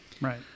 Right